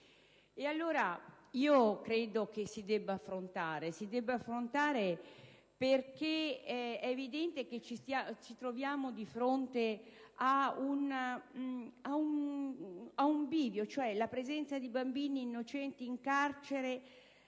il tema si debba affrontare, perché è evidente che ci troviamo di fronte ad un bivio. La presenza di bambini innocenti in carcere